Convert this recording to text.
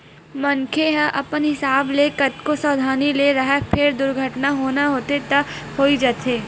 मनखे ह अपन हिसाब ले कतको सवधानी ले राहय फेर दुरघटना होना होथे त होइ जाथे